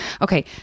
okay